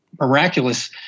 miraculous